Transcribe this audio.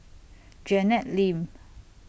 Janet Lim